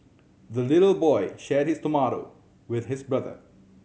the little boy shared his tomato with his brother